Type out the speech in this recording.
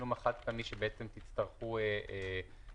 התשלום החד-פעמי שבעצם תצטרכו להקצות,